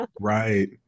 Right